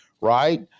right